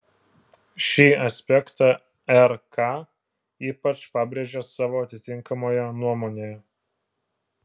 šį aspektą rk ypač pabrėžė savo atitinkamoje nuomonėje